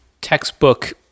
textbook